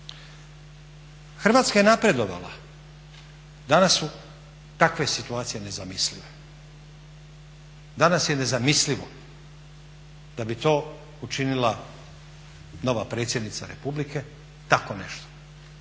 Hrvatska je napredovala, danas su takve situacije nezamislive. Danas je nezamislivo da bi to učinila nova predsjednica Republike, tako nešto.